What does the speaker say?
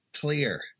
clear